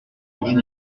venait